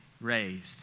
raised